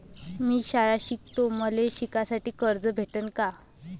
मी शाळा शिकतो, मले शिकासाठी कर्ज भेटन का?